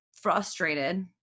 frustrated